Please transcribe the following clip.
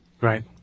Right